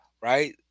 Right